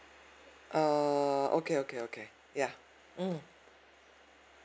err okay okay okay ya mm